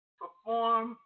perform